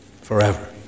forever